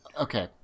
okay